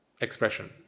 expression